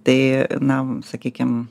tai na sakykim